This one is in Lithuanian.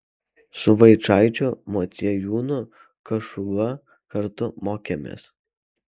su vaičaičiu motiejūnu kašuba kartu mokėmės